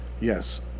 Yes